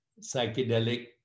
psychedelic